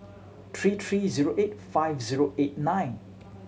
three three zero eight five zero eight nine